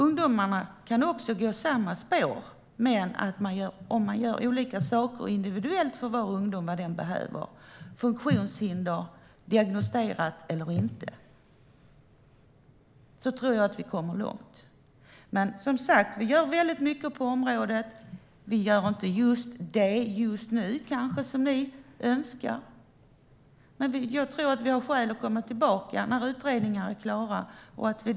Ungdomarna kan också gå samma spår, men om man gör olika saker på individuell nivå för ungdomarna utifrån vad var och en behöver, diagnosticerat funktionshinder eller inte, tror jag att vi kommer långt. Men som sagt, vi gör mycket på området. Vi gör kanske inte just det just nu som ni önskar, men jag tror att vi har skäl att återkomma när utredningarna är klara.